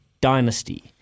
Dynasty